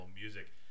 music